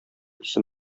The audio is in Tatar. исем